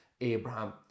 Abraham